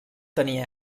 tenir